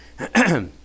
Okay